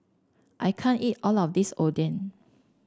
I can't eat all of this Oden